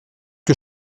que